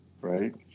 Right